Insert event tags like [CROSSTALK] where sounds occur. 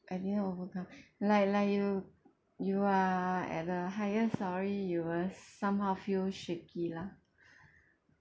I didn't overcome [BREATH] like like you you are at a higher storey you will somehow feel shaky la [BREATH]